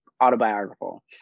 autobiographical